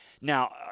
Now